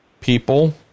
people